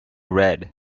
read